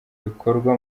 ibikorwa